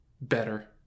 better